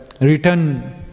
written